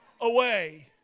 away